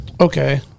Okay